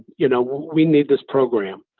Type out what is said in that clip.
you know, we need this program.